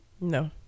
no